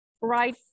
right